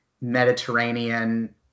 Mediterranean